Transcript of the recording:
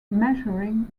measuring